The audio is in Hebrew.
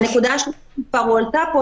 הנקודה השלישית כבר הועלתה פה,